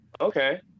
okay